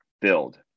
build